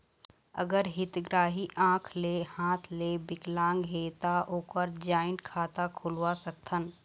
अगर हितग्राही आंख ले हाथ ले विकलांग हे ता ओकर जॉइंट खाता खुलवा सकथन?